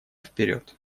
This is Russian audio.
вперед